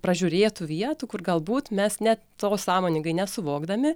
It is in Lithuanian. pražiūrėtų vietų kur galbūt mes net to sąmoningai nesuvokdami